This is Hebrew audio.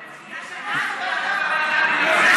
אני מציעה,